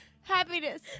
Happiness